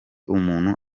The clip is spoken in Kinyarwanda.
umuntu